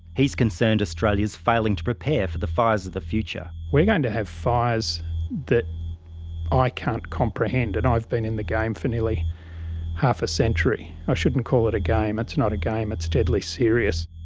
he's concerned australia's failing to prepare for the fires of the future. we're going to have fires that i can't comprehend. and i've been in the game for nearly half a century. i shouldn't call it a game. it's not a game. it's deadly serious.